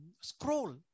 scroll